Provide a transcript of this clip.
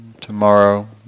tomorrow